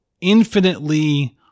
infinitely